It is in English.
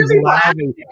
laughing